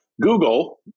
Google